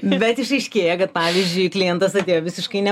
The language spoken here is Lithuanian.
bet išaiškėja kad pavyzdžiui klientas atėjo visiškai ne